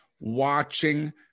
watching